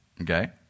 okay